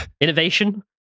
Innovation